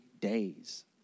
days